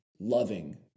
loving